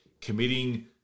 committing